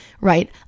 right